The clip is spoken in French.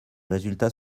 résultats